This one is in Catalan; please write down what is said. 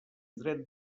dret